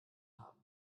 haben